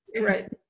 right